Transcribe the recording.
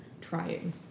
trying